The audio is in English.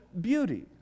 beauty